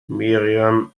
miriam